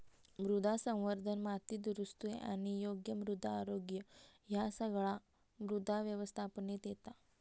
मृदा संवर्धन, माती दुरुस्ती आणि योग्य मृदा आरोग्य ह्या सगळा मृदा व्यवस्थापनेत येता